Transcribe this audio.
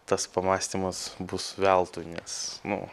tas pamąstymas bus veltui nes nu